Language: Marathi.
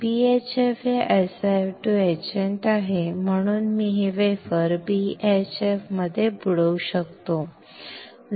BHF हे SiO2 इचेंट आहे म्हणून मी हे वेफर BHF मध्ये बुडवू शकतो